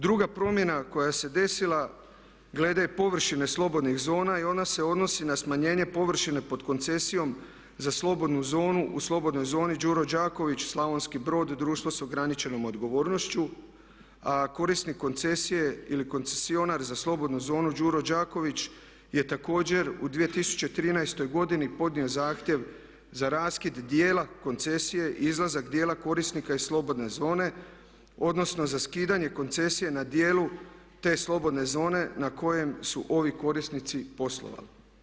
Druga promjena koja se desila glede površine slobodnih zona i ona se odnosi na smanjenje površine pod koncesijom za slobodnu zonu u slobodnoj zoni „Đuro Đaković“ Slavonski Brod d.o.o. a korisnik koncesije je ili koncesionar za slobodnu zonu „Đuro Đaković“ je također u 2013. godini podnio zahtjev za raskid dijela koncesije i izlazak dijela korisnika iz slobodne zone odnosno za skidanje koncesije na dijelu te slobodne zone na kojem su ovi korisnici poslovali.